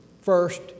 First